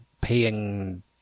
paying